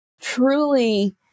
Truly